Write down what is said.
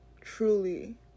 truly